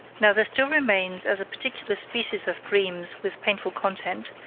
now there still remain as a particular species of dreams with painful content,